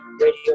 Radio